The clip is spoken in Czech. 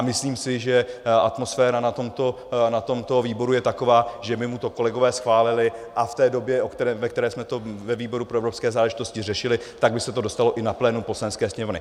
Myslím si, že atmosféra na tomto výboru je taková, že by mu to kolegové schválili, a v té době, ve které jsme to ve výboru pro evropské záležitosti řešili, tak by se to dostalo i na plénum Poslanecké sněmovny.